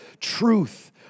truth